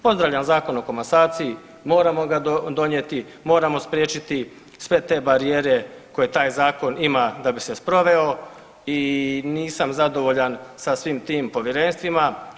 Pozdravljam Zakon o komasaciji, moramo ga donijeti, moramo spriječiti sve te barijere koje taj zakon ima da bi se sproveo i nisam zadovoljan sa svim tim povjerenstvima.